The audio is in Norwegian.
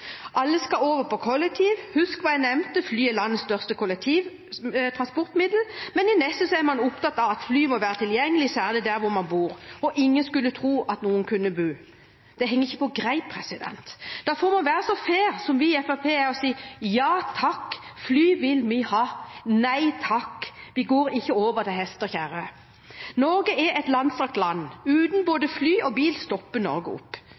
alle skal over på kollektivtransport – husk hva jeg nevnte, fly er landets største kollektivtransportmiddel – men i det neste er man opptatt av at fly må være tilgjengelig, særlig om man bor «der ingen skulle tru at nokon kunne bu». Det henger ikke på greip. Derfor må vi være så fair som vi i Fremskrittspartiet er, og si ja takk, fly vil vi ha, og nei takk, vi går ikke over til hest og kjerre. Norge er et langstrakt land. Uten fly og bil stopper Norge opp.